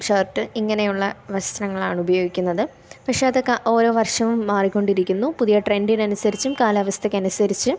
shirt ഇങ്ങനെയുള്ള വസ്ത്രങ്ങൾ ആണ് ഉപയോഗിക്കുന്നത് പക്ഷെ അതൊക്കെ ഓരോ വർഷവും മാറി കൊണ്ടിരിക്കുന്നു പുതിയ ട്രെൻഡിന് അനുസരിച്ചും കാലാവസ്ഥക്കനുസരിച്ച്